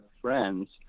friends